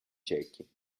ciechi